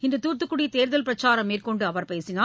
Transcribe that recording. இன்று தூத்துக்குடிதேர்தல் பிரச்சாரம் மேற்கொண்டுஅவர் பேசினார்